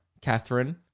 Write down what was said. Catherine